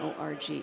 ORG